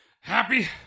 Happy